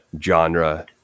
genre